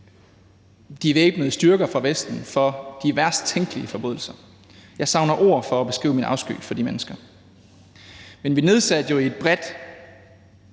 de væbnede styrker fra Vesten for de værst tænkelige forbrydelser. Jeg savner ord for at kunne beskrive min afsky for de mennesker. Men vi nedsatte jo i et bredt